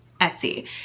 Etsy